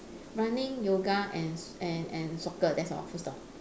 running yoga and and and soccer that's all full stop